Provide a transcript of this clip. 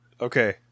Okay